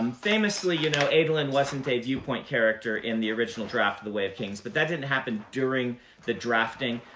um famously, you know adolin wasn't a viewpoint character in the original draft of the way of kings, but that didn't happen during the drafting.